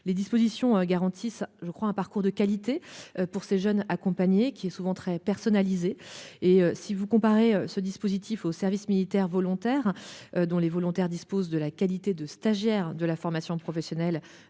les dispositions garantissent je crois un parcours de qualité pour ces jeunes accompagnés qui est souvent très personnalisé et si vous comparez ce dispositif au service militaire volontaire dont les volontaires dispose de la qualité de stagiaire de la formation professionnelle